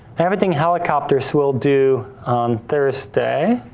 everything helicopters we'll do on thursday.